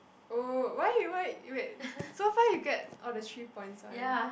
oh why why wait so far you get all the three points one